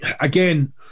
again